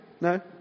No